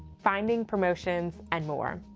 finding promotions and more.